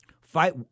Fight